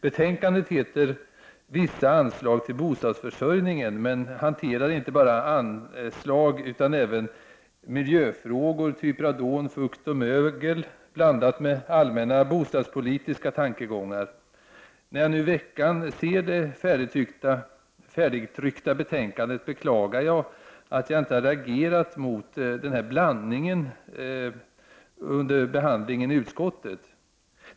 Betänkandet heter ”Vissa anslag till bostadsförsörjningen”, men hanterar inte bara anslag utan även miljöfrågor som radon, fukt och mögel, blandat med allmänna bostadspolitiska tankegångar. När jag nu i veckan fick det färdigtryckta betänkandet beklagade jag att jag vid behandlingen i utskottet inte har reagerat mot den här blandningen.